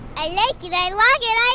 i like it. i like it. i